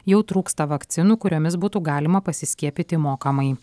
jau trūksta vakcinų kuriomis būtų galima pasiskiepyti mokamai